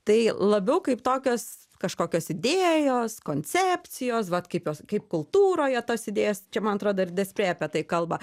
tai labiau kaip tokios kažkokios idėjos koncepcijos vat kaip kaip kultūroje tos idėjos čia man atrodo ir despre apie tai kalba